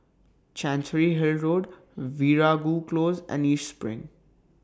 Chancery Hill Road Veeragoo Close and East SPRING